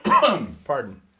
Pardon